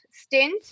stint